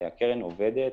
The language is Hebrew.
הקרן עובדת,